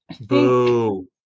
boo